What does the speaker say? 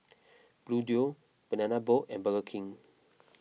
Bluedio Banana Boat and Burger King